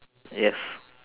yes